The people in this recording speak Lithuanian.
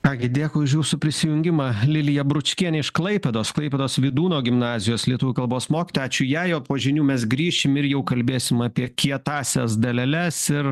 ką gi dėkui už jūsų prisijungimą lilija bručkienė iš klaipėdos klaipėdos vydūno gimnazijos lietuvių kalbos mokytoja ačiū jai o po žinių mes grįšim ir jau kalbėsim apie kietąsias daleles ir